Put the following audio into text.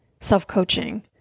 self-coaching